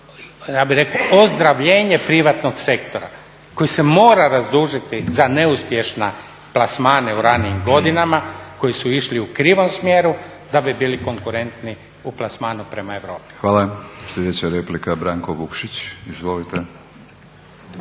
ja bih rekao ozdravljanje privatnog sektora koji se mora razdužiti za neuspješne plasmane u ranijim godinama koji su išli u krivom smjeru da bi bili konkurentni u plasmanu prema Europi. **Batinić, Milorad (HNS)** Hvala. Sljedeća replika Branko Vukšić. Izvolite.